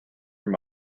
your